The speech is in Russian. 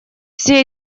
все